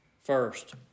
first